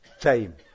time